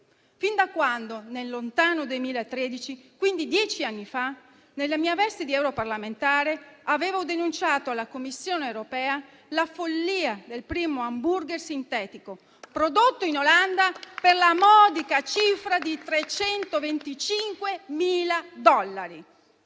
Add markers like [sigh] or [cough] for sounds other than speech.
fin da quando nel lontano 2013 - quindi dieci anni fa - nella mia veste di europarlamentare avevo denunciato alla Commissione europea la follia del primo *hamburger* sintetico, [applause] prodotto in Olanda per la modica cifra di 325.000 dollari.